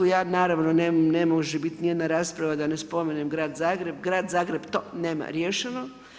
Ja naravno ne može biti ni jedna rasprava da ne spomenem grad Zagreb, grad Zagreb to nema riješeno.